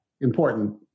important